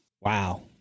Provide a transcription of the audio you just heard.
Wow